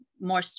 more